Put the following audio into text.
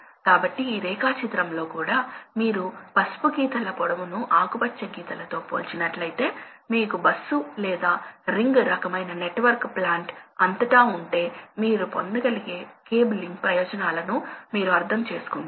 కాబట్టి ఫ్యూయల్ నుండి గరిష్ట థర్మల్ సామర్థ్యాన్ని పొందడానికి మనకు ఖచ్చితమైన ఫ్యూయల్ ఎయిర్ రేషియో ఉండాలి కాబట్టి పూర్తి ఫ్యూయల్ కంబషన్ జరుగుతాది